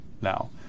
now